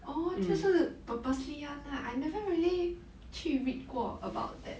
orh 就是 purposely [one] lah I never really 去 read 过 about that